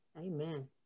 amen